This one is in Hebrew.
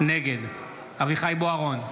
נגד אביחי אברהם בוארון,